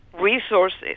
resources